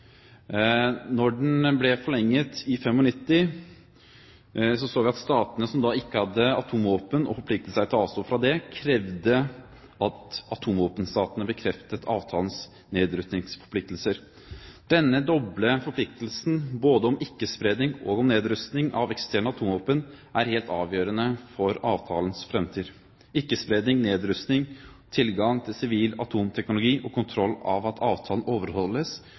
den ble forlenget i 1995, så vi at statene som ikke hadde atomvåpen, og forpliktet seg til å avstå fra det, krevde at atomvåpenstatene bekreftet avtalens nedrustningsforpliktelser. Denne doble forpliktelsen, både om ikke-spredning og om nedrustning av eksisterende atomvåpen, er helt avgjørende for avtalens framtid. Ikke-spredning, nedrustning, tilgang til sivil atomteknologi og kontroll av at avtalen overholdes,